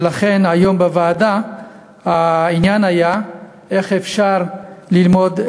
ולכן העניין בוועדה היום היה איך אפשר ללמוד,